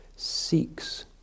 seeks